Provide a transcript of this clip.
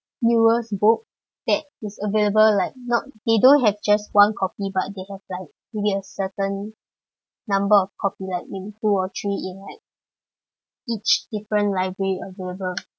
newest book that is available like not they don't have just one copy but they have like maybe a certain number of copy like maybe two or three in like each different library available